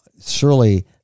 surely